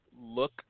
look